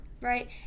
right